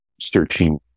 searching